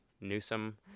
newsom